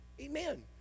Amen